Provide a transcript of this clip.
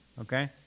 Okay